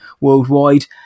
worldwide